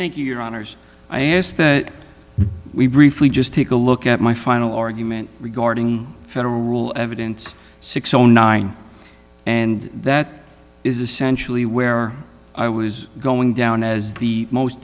e thank you your honors i ask that we briefly just take a look at my final argument regarding federal rule evidence six o nine and that is essentially where i was going down as the most